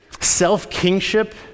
Self-kingship